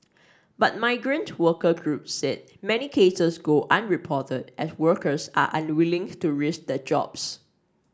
but migrant worker groups said many cases go unreported as workers are unwilling to risk their jobs